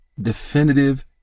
definitive